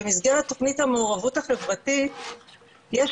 במסגרת תוכנית המעורבות החברתית יש